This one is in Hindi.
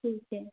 ठीक है